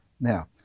Now